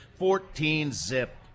14-zip